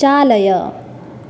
चालय